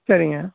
சரிங்க